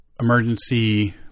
emergency